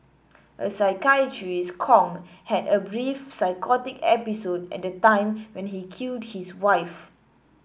a psychiatrist said Kong had a brief psychotic episode at the time when he killed his wife